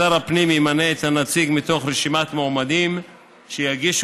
שר הפנים ימנה את הנציג מתוך רשימת מועמדים שיגישו